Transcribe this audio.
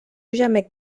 gemec